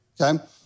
Okay